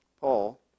Paul